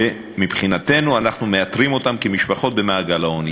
שמבחינתנו אנחנו מאתרים אותן כמשפחות במעגל העוני.